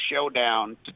showdown